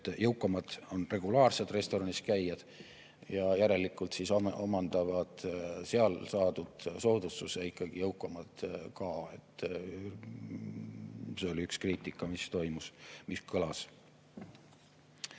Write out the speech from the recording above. Et jõukamad on regulaarsed restoraniskäijad ja järelikult omandavad seal saadud soodustuse ikkagi jõukamad ka. See oli üks kriitika, mis kõlas.